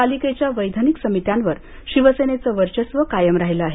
पालिकेच्या वैधानिक समित्यांवर शिवसेनेचे वर्चस्व कायम राहिलं आहे